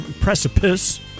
precipice